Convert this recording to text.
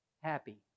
Happy